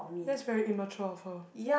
that's very immature of her